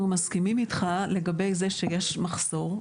אנחנו מסכימים איתך לגבי זה שיש מחסור,